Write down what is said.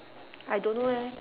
I don't know eh